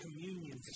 communion